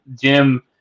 Jim